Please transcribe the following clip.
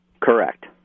correct